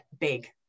big